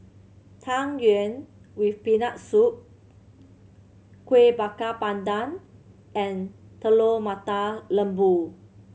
Tang Yuen with Peanut Soup Kuih Bakar Pandan and Telur Mata Lembu